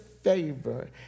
favor